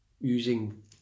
using